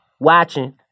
watching